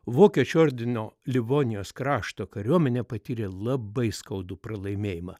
vokiečių ordino livonijos krašto kariuomenė patyrė labai skaudų pralaimėjimą